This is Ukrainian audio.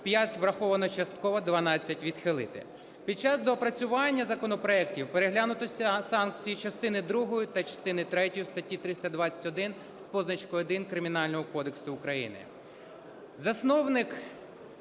– враховано частково, 12 – відхилити. Під час доопрацювання законопроектів переглянуто санкції частини другої та частини третьої в статті 321 з позначкою 1 Кримінального кодексу України.